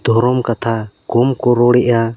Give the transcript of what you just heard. ᱫᱷᱚᱨᱚᱢ ᱠᱟᱛᱷᱟ ᱠᱚᱢ ᱠᱚ ᱨᱚᱲᱮᱜᱼᱟ